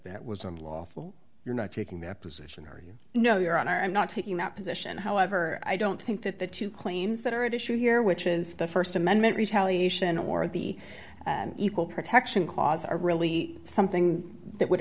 that was unlawful you're not taking that position or you know your honor i'm not taking that position however i don't think that the two claims that are at issue here which is the st amendment retaliation or the equal protection clause are really something that would